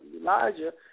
Elijah